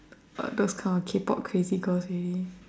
uh those kind of K-pop crazy girls already